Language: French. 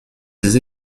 des